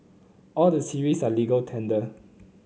all the series are legal tender